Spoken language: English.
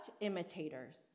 imitators